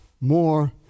more